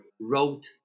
wrote